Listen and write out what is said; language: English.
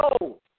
No